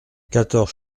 quatorze